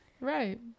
Right